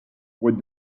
with